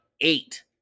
eight